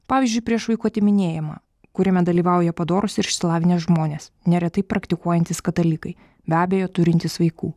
pavyzdžiui prieš vaikų atiminėjimą kuriame dalyvauja padorūs išsilavinę žmonės neretai praktikuojantys katalikai be abejo turintys vaikų